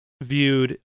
viewed